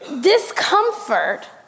Discomfort